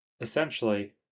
Essentially